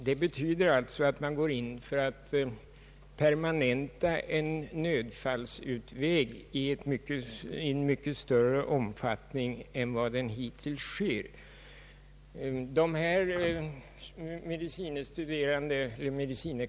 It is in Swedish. Det betyder alltså att man permanentar en nödfallsutväg och gör det i en mycket större omfattning än hittills.